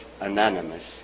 Anonymous